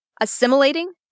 Assimilating